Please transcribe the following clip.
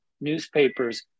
newspapers